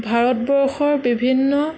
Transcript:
ভাৰতবৰ্ষৰ বিভিন্ন